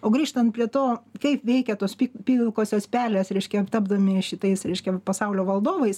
o grįžtant prie to kaip veikia tos pilkosios pelės reiškia tapdami šitais reiškia pasaulio valdovais